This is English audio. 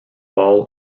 ball